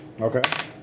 Okay